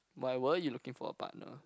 why were you looking for a partner